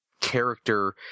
character